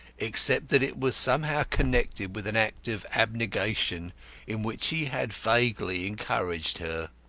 except that it was somehow connected with an act of abnegation in which he had vaguely encouraged her.